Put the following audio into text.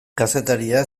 kazetaria